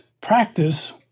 practice